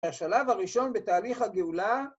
השלב הראשון בתהליך הגאולה